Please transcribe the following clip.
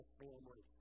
family